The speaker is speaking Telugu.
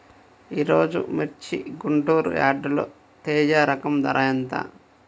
ఈరోజు మిర్చి గుంటూరు యార్డులో తేజ రకం ధర ఎంత?